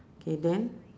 okay then